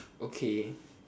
okay